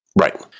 Right